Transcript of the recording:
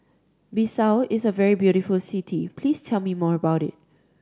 Bissau is a very beautiful city Please tell me more about it